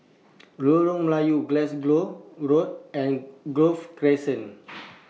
Lorong Melayu Glasgow Road and Grove Crescent